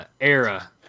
era